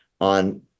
on